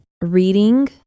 reading